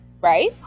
Right